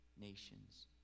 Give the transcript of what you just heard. nations